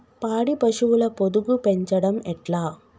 పాడి పశువుల పొదుగు పెంచడం ఎట్లా?